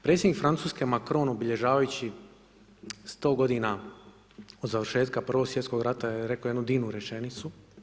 Predsjednik Francuske Macron obilježavajući 100 godina od završetka Prvog svjetskog rata je reko jednu divnu rečenicu.